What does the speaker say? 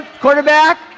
quarterback